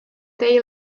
day